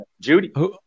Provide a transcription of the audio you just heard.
judy